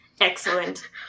Excellent